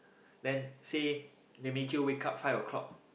then said they make you wake up five O-clock